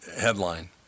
headline